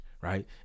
right